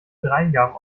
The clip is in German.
dreingaben